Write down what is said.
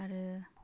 आरो